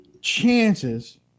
chances